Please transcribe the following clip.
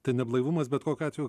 tai neblaivumas bet kokiu atveju